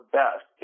best